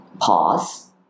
pause